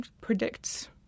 predicts